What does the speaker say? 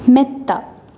മെത്ത